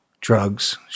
drugs